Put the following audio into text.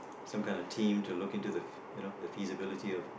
some kind of team to look into the you know the feasibility of